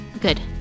good